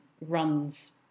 runs